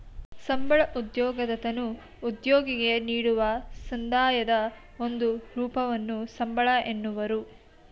ಸಂಬಳ ಉದ್ಯೋಗದತನು ಉದ್ಯೋಗಿಗೆ ನೀಡುವ ಸಂದಾಯದ ಒಂದು ರೂಪವನ್ನು ಸಂಬಳ ಎನ್ನುವರು